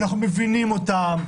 אנחנו מבינים אותם,